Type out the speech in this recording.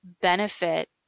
benefit